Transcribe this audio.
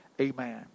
Amen